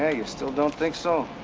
ah you still don't think so?